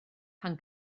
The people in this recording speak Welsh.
pan